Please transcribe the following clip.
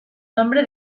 nombre